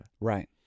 right